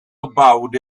about